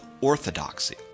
Orthodoxy